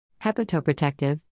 Hepatoprotective